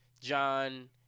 John